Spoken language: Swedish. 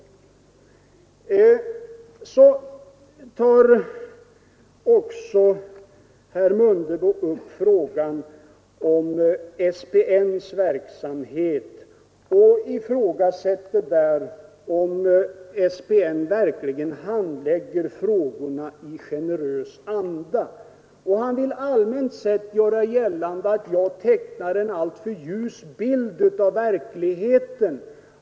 Så tar herr Mundebo också upp frågan om SPN:s verksamhet och ifrågasätter om SPN verkligen handlägger frågorna i generös anda. Han vill allmänt sett göra gällande att jag tecknar en alltför ljus bild av verkligheten.